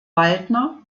waldner